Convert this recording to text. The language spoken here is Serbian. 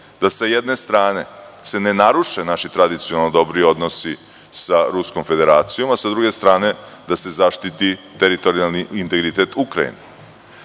da sa jedne strane se ne naruše naši tradicionalno dobri odnosi sa Ruskom federacijom, a sa druge stane da se zaštiti i teritorijalni integritet Ukrajine.